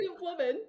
woman